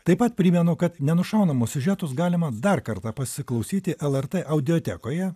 taip pat primenu kad nenušaunamus siužetus galima dar kartą pasiklausyti lrt audiotekoje